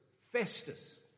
Festus